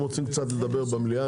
הם רוצים קצת לדבר במליאה,